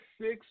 six